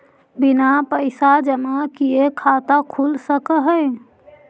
बिना पैसा जमा किए खाता खुल सक है?